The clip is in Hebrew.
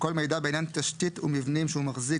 כל מידע בעניין תשתית ומבנים שהוא מחזיק